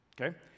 Okay